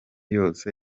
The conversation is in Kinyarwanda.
yose